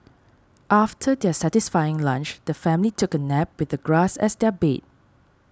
after their satisfying lunch the family took a nap with the grass as their bed